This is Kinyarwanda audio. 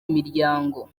imiryango